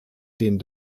den